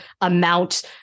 amount